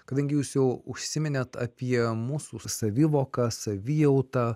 kadangi jūs jau užsiminėt apie mūsų savivoką savijautą